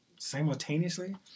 Simultaneously